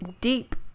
deep